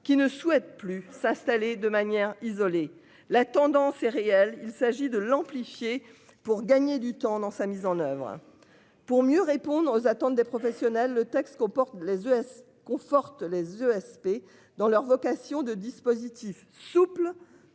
qui ne souhaitent plus s'installer de manière isolée, la tendance est. Il s'agit de l'amplifier. Pour gagner du temps dans sa mise en oeuvre.-- Pour mieux répondre aux attentes des professionnels. Le texte comporte les US conforte les ESP dans leur vocation de dispositifs souple